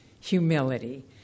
Humility